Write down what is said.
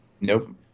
Nope